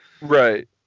Right